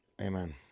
Amen